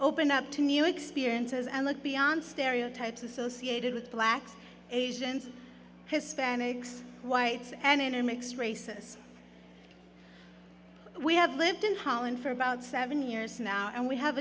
open up to new experiences and look beyond stereotypes associated with blacks asians hispanics whites and in mixed races we have lived in holland for about seven years and we have